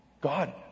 God